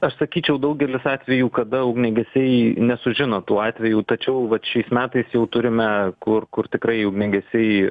aš sakyčiau daugelis atvejų kada ugniagesiai nesužino tų atvejų tačiau vat šiais metais jau turime kur kur tikrai ugnegesiai